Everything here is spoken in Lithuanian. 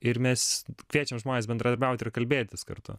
ir mes kviečiam žmones bendradarbiaut ir kalbėtis kartu